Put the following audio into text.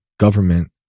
government